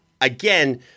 again